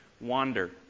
wander